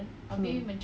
hmm